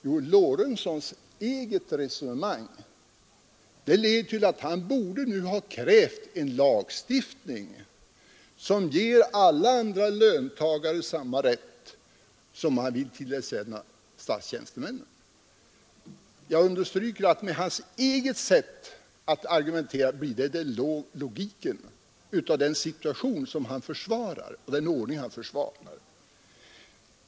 Herr Lorentzon borde enligt sin egen logik då kräva en lagstiftning som ger alla andra löntagare samma rätt som han nu vill tillerkänna statstjänstemännen. Jag understryker att detta blir den logiska konsekvensen av den situation och den ordning herr Lorentzon försvarar.